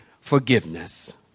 forgiveness